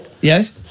Yes